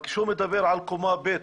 אבל כשהוא מדבר על קומה ב',